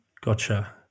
gotcha